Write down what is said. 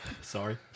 sorry